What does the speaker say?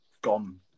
gone